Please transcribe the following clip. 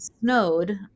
snowed